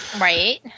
right